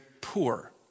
poor